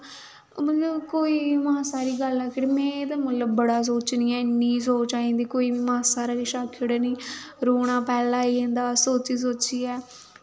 मतलब कोई मासा हारी गल्ल ऐ तां फिर में ते मतलब बड़ा सोचनी आं इन्नी सोच आई जंदी कोई मासा हारा किश आखी ओड़ै नी रोना पैह्लैं आई जंदा सोची सोचियै